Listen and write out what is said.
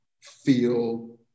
feel